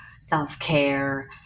self-care